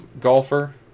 golfer